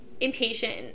impatient